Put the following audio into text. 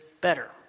better